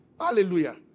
Hallelujah